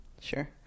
Sure